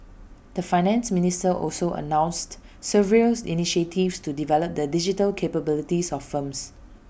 the Finance Minister also announced several initiatives to develop the digital capabilities of firms